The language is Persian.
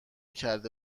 کرده